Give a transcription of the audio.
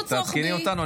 תעדכני אותנו,